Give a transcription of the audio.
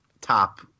top